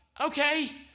Okay